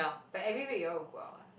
but every week you all will go out ah